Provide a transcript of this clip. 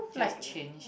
just change